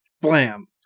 Blam